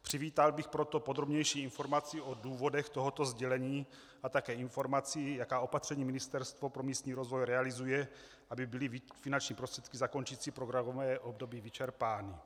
Přivítal bych proto podrobnější informaci o důvodech tohoto sdělení a také informaci, jaká opatření Ministerstvo pro místní rozvoj realizuje, aby byly finanční prostředky zakončující programové období vyčerpány.